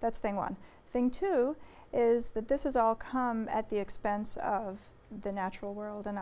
that's thing one thing too is that this is all come at the expense of the natural world and